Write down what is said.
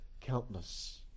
countless